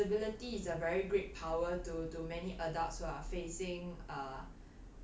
invisibility is a very great power to to many adults who are facing a